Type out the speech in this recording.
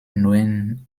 neuen